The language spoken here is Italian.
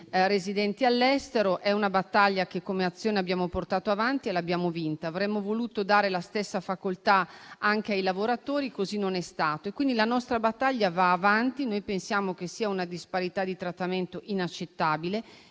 residenti all'estero: è una battaglia che come Azione abbiamo portato avanti e vinto. Avremmo voluto dare la stessa facoltà anche ai lavoratori, ma così non è stato. La nostra battaglia pertanto va avanti, noi pensiamo che sia una disparità di trattamento inaccettabile,